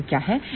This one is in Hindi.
S12 क्या है